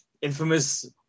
Infamous